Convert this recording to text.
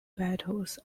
beetles